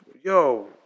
yo